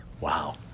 Wow